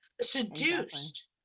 Seduced